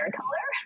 color